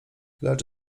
lecz